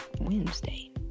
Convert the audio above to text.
Wednesday